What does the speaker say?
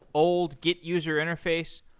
old git user interface?